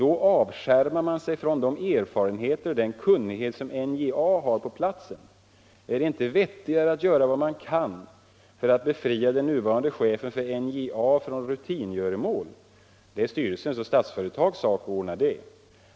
Då avskärmar man sig från de erfarenheter och den kunnighet som NJA har på platsen. Är det inte vettigare att göra vad man kan för att befria den nuvarande chefen för NJA från rutingöromål — det är styrelsens och Statsföretags sak att ordna det.